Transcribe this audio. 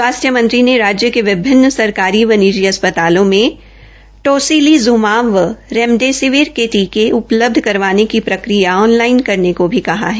स्वास्थ्य मंत्री ने राज्य के विभिन्न सरकारी व निजी अस्पतालों में टॉसिलि जुमाब व रेमडेसिविर के टीके उपलब्ध करवाने की प्रक्रिया ऑनलाइन करने को भी कहा है